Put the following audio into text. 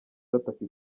gatatu